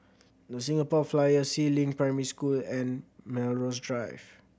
The Singapore Flyer Si Ling Primary School and Melrose Drive